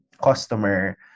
customer